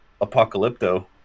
Apocalypto